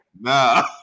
Nah